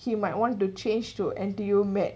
he might wanted to change to N_T_U med